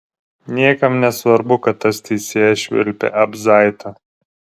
niekam nesvarbu kad tas teisėjas švilpė abzaitą